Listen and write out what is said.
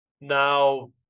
Now